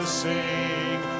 sing